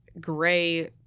Gray